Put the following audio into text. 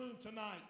tonight